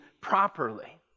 properly